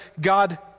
God